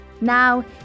Now